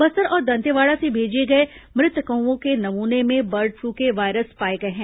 बस्तर और दंतेवाड़ा से भेजे गए मृत कौवों के नमूने में बर्ड फ्लू के वायरस पाए गए हैं